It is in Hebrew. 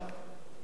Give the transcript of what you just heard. אני היחיד פה?